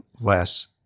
less